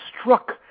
struck